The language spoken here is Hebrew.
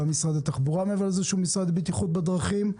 שהוא גם משרד התחבורה מעבר לזה שהוא המשרד לבטיחות בדרכים.